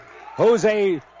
Jose